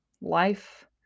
Life